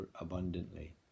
abundantly